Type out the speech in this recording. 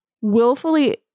willfully